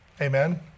Amen